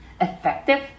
effective